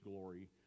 glory